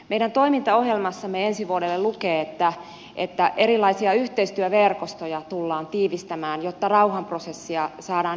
meidän toimintaohjelmassamme ensi vuodelle lukee että erilaisia yhteistyöverkostoja tullaan tiivistämään jotta rauhanprosessia saadaan edistettyä